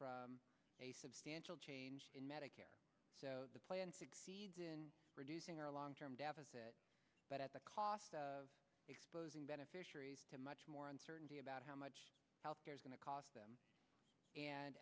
from a substantial change in medicare plan reducing our long term deficit but at the cost of exposing beneficiaries to much more uncertainty about how much health care is going to cost them